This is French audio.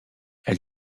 elle